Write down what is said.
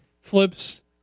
Flips